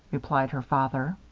replied her father.